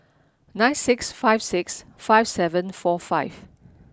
nine six five six five seven four five